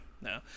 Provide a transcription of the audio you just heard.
no